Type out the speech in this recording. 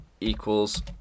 equals